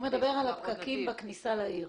הוא מדבר על הפקקים בכניסה לעיר.